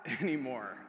anymore